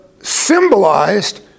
symbolized